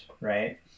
right